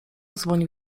dzwonił